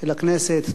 של הכנסת.